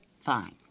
Fine